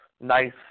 Nice